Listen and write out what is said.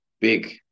big